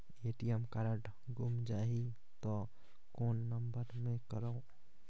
ATM card गुम जाही त कौन नम्बर मे करव?